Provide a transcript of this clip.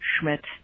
Schmidt